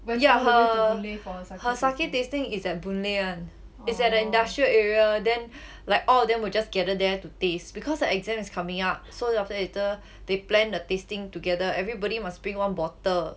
yeah her her sake tasting is at boon lay [one] is at the industrial area then like all of them will just gather there to taste because her exam is coming up so after that later they plan the tasting together everybody must bring one bottle